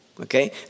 Okay